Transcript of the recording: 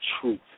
Truth